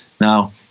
Now